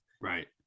Right